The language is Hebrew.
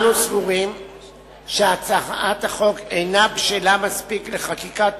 אנו סבורים שהצעת החוק אינה בשלה מספיק לחקיקת